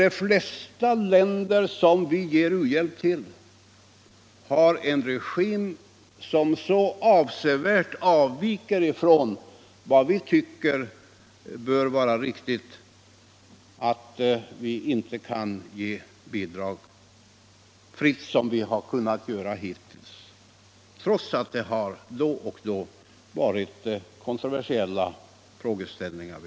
De flesta länder som vi ger u-hjälp har en regim som avsevärt avviker från vad vi kan acceptera. Vi skulle då inte kunna ge bidrag fritt som vi har kunnat göra hittills, trots att vi då och då haft att lösa kontroversiella frågor.